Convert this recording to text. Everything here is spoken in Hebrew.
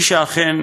מי שאכן